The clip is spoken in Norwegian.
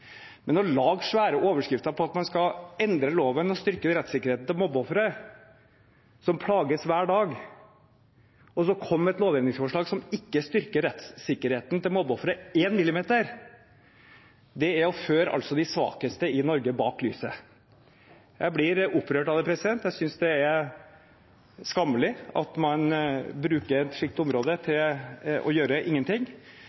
Men å lage svære overskrifter om at man skal endre loven og styrke rettssikkerheten til mobbeofrene, som plages hver dag, og så komme med et lovendringsforslag som ikke styrker rettssikkerheten til mobbeofferet 1 mm, er å føre de svakeste i Norge bak lyset. Jeg blir opprørt av det. Jeg synes det er skammelig at man bruker et slikt område til å gjøre ingenting.